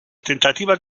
tentativas